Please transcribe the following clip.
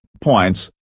points